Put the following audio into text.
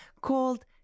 called